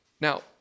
Now